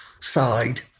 side